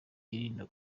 yirinda